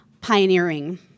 pioneering